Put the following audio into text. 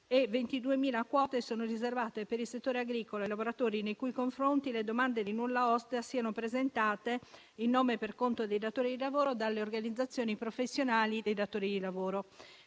22.000 quote sono riservate per il settore agricolo ai lavoratori nei cui confronti le domande di nulla osta siano presentate in nome e per conto dei datori di lavoro dalle organizzazioni professionali dei datori di lavoro.